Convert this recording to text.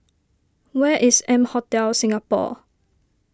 where is M Hotel Singapore